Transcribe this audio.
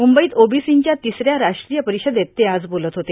म्रंबईत ओबीर्सीच्या तिसऱ्या राष्ट्रीय परिषदेत ते आज बोलत होते